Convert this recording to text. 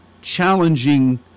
challenging